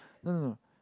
no no no